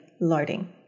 loading